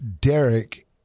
Derek